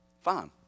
fine